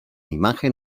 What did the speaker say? imagen